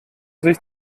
sich